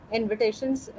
invitations